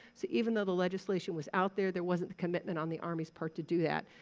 so even though the legislation was out there, there wasn't the commitment on the army's part to do that.